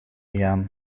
gegaan